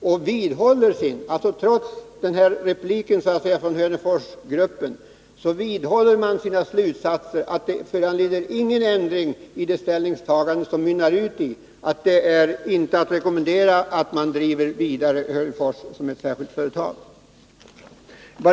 De vidhåller — trots inlagan från Hörneforsgruppen — sina slutsatser, att protesten inte föranleder någon ändring i ställningstagandet, vilket mynnar ut i att det inte är att rekommendera att driva Hörnefors vidare som ett särskilt företag. Herr talman!